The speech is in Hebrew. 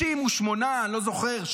מתוך 68, 64,